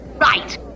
Right